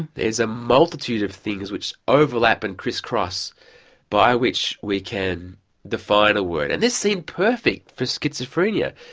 there's a multitude of things which overlap and crisscross by which we can define a word. and this seemed perfect for schizophrenia,